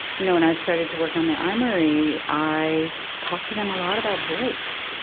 you know when i started to work on the armory, i talked to them a lot about voice.